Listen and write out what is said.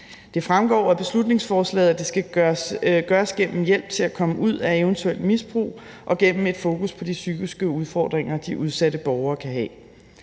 Det fremgår af beslutningsforslaget, at det skal gøres gennem hjælp til at komme ud af et eventuelt misbrug og gennem et fokus på de psykiske udfordringer, de udsatte borgere kan have.